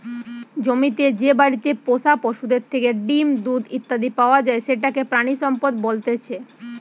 জমিতে যে বাড়িতে পোষা পশুদের থেকে ডিম, দুধ ইত্যাদি পাওয়া যায় সেটাকে প্রাণিসম্পদ বলতেছে